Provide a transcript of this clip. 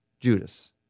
Judas